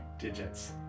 digits